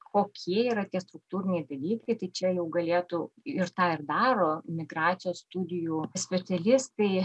kokie yra tie struktūriniai dalykai tai čia jau galėtų ir tą ir daro migracijos studijų specialistai